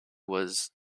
was